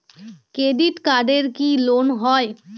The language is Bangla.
ক্রেডিট কার্ডে কি লোন হয়?